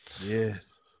Yes